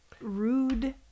rude